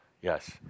Yes